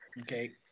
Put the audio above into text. okay